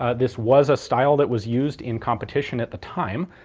ah this was a style that was used in competition at the time,